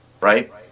right